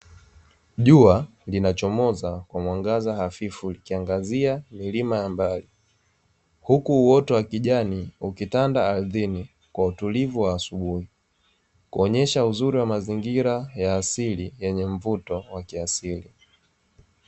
Jua linachomoza kwa mwangaza hafifu likiaangazia milima ya mbali, huku uoto wa kijani ukitanda ardhini kwa utulivu wa asubuhi, kuonesha uzuri wa mazingira ya asili yenye mvuto wa kiasili.